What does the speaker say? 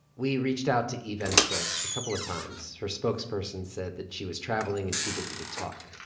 we reached out to eve ensler a couple of times. her spokesperson said that she was traveling and too busy to talk.